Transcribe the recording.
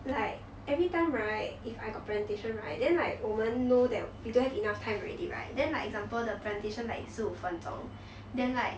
like everytime right if I got presentation right then like 我们 know that we don't have enough time already right then like example the presentation like 十五分钟 then like